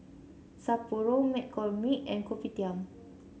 Sapporo McCormick and Kopitiam